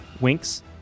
winks